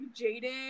Jaden